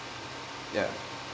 ya